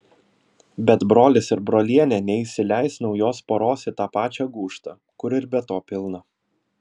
bet brolis ir brolienė neįsileis naujos poros į tą pačią gūžtą kur ir be to pilna